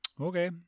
Okay